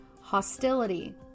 hostility